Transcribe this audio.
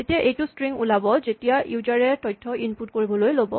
তেতিয়া এইটো স্ট্ৰিং ওলাব যেতিয়া ইউজাৰ এ তথ্য ইনপুট কৰিবলৈ ল'ব